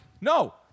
No